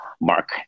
Mark